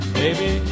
baby